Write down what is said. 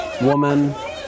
woman